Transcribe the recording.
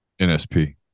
Nsp